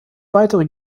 weitere